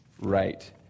right